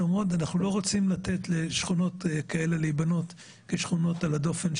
שלא רוצים לתת לשכונות כאלה להיבנות בסמוך אליהן.